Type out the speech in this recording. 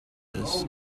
this